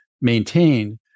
maintained